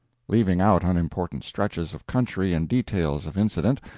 leaving out unimportant stretches of country and details of incident,